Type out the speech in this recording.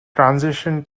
transition